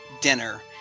dinner